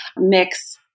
mix